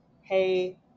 hey